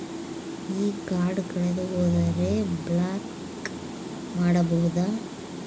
ಈ ಕಾರ್ಡ್ ಕಳೆದು ಹೋದರೆ ಬ್ಲಾಕ್ ಮಾಡಬಹುದು?